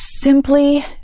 Simply